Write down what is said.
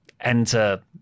enter